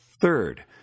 Third